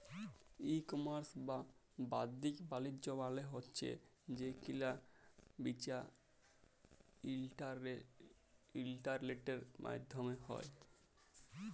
ই commerce বা বাদ্দিক বালিজ্য মালে হছে যে কিলা বিচা ইলটারলেটের মাইধ্যমে হ্যয়